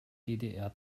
ddr